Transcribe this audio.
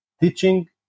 teaching